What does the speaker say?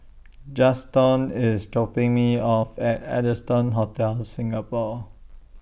Juston IS dropping Me off At Allson Hotel Singapore